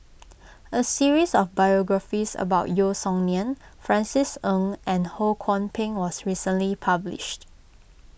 a series of biographies about Yeo Song Nian Francis Ng and Ho Kwon Ping was recently published